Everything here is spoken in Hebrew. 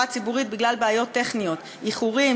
הציבורית בגלל בעיות טכניות: איחורים,